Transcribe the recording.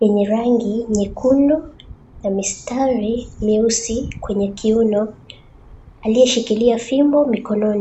yenye rangi nyekundu na mistari myeusi kwenye kiuno, aliyeshikilia fimbo mikononi.